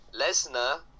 lesnar